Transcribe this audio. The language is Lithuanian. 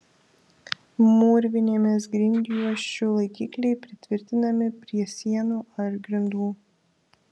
mūrvinėmis grindjuosčių laikikliai pritvirtinami prie sienų ar grindų